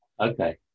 okay